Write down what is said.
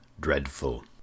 dreadful